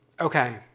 okay